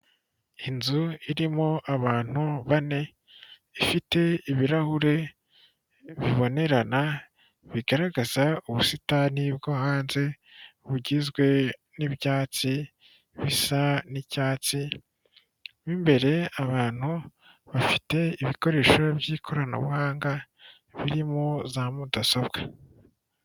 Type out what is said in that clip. Inzu irimo abantu bane ifite ibirahure bibonerana, bigaragaza ubusitani bwo hanze bugizwe n'ibyatsi bisa n'icyatsi mu imbere abantu bafite ibikoresho by'ikoranabuhanga birimo za mudasobwa.